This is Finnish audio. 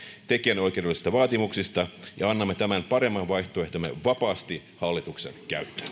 tekijänoikeudellisista vaatimuksista ja annamme tämän paremman vaihtoehtomme vapaasti hallituksen